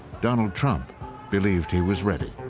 donald trump believed he was ready.